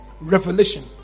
revelation